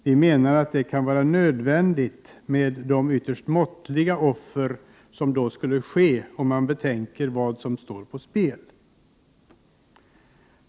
Vi menar att det kan vara nödvändigt med de ytterst måttliga offer som då skulle krävas. Om man betänker vad som står på spel.